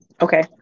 Okay